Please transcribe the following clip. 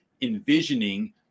envisioning